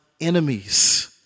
enemies